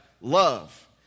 love